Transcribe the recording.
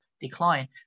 decline